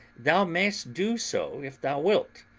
thou mayest do so if thou wilt.